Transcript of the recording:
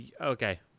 okay